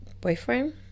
boyfriend